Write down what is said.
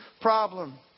problem